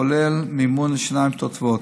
כולל מימון לשיניים תותבות.